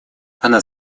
она